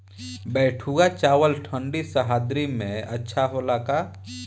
बैठुआ चावल ठंडी सह्याद्री में अच्छा होला का?